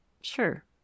Sure